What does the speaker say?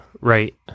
right